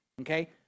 okay